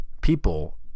people